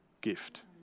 gift